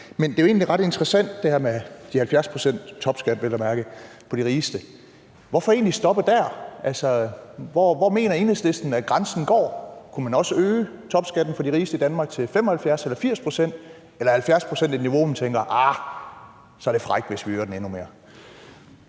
de rigeste er jo egentlig ret interessant. Hvorfor egentlig stoppe der? Altså, hvor mener Enhedslisten at grænsen går? Kunne man også øge topskatten for de rigeste i Danmark til 75 eller 80 pct.? Eller er 70 pct. et niveau, hvor man tænker, at det er frækt at øge den endnu mere?